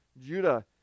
Judah